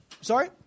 sorry